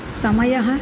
समयः